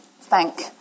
thank